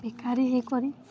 ବେକାରୀ ହେଇକରି